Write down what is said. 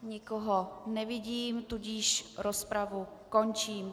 Nikoho nevidím, tudíž rozpravu končím.